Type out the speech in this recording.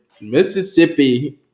Mississippi